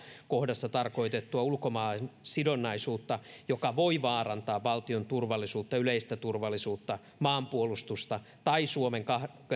kohdassa tarkoitettua ulkomaansidonnaisuutta joka voi vaarantaa valtion turvallisuutta yleistä turvallisuutta maanpuolustusta tai suomen